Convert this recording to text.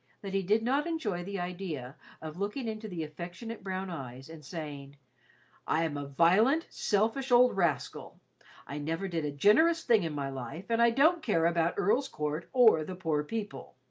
that he did not enjoy the idea of looking into the affectionate brown eyes, and saying i am a violent, selfish old rascal i never did a generous thing in my life, and i don't care about earl's court or the poor people,